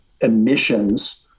emissions